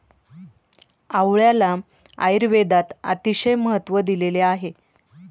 आवळ्याला आयुर्वेदात अतिशय महत्त्व दिलेले आहे